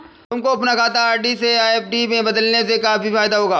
तुमको अपना खाता आर.डी से एफ.डी में बदलने से काफी फायदा होगा